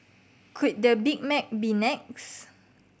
could the Big Mac be next